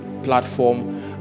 platform